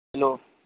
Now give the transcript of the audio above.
hello